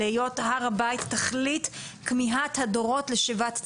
היות הר הבית תכלית כמיהת הדורות לשיבת ציון.